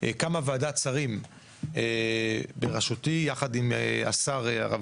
קמה ועדת שרים בראשותי ביחד עם השר הרב